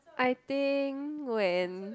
I think when